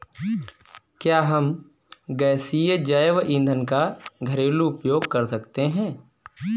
क्या हम गैसीय जैव ईंधन का घरेलू उपयोग कर सकते हैं?